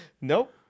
Nope